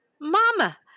Mama